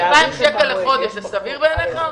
2,000 שקלים לחודש זה סביר בעיניך?